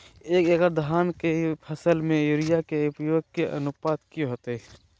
एक एकड़ धान के फसल में यूरिया के उपयोग के अनुपात की होतय?